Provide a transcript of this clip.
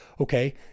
okay